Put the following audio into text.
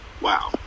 Wow